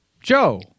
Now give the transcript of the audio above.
Joe